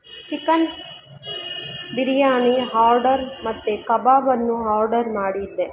chicken biryani order ಮತ್ತು ಕಬಾಬನ್ನು order ಮಾಡಿದ್ದೆ